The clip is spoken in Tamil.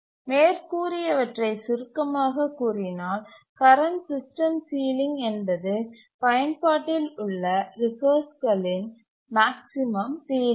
மேற்கூறியவற்றைச் சுருக்கமாக கூறினால் கரண்ட் சிஸ்டம் சீலிங் என்பது பயன்பாட்டில் உள்ள ரிசோர்ஸ்களின் மேக்ஸிமம் சீலிங்